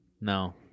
No